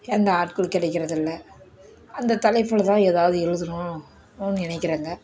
எந்த ஆட்களும் கிடைக்கிறதில்ல அந்த தலைப்பில் தான் ஏதாவது எழுதணும் நினைக்கிறங்க